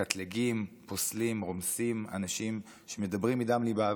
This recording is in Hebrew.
מקטלגים, פוסלים, רומסים אנשים שמדברים מדם ליבם,